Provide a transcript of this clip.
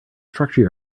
structure